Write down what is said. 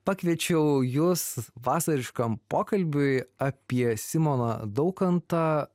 pakviečiau jus vasariškam pokalbiui apie simoną daukantą